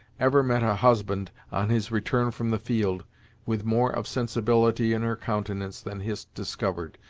ever met a husband on his return from the field with more of sensibility in her countenance than hist discovered,